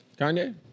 Kanye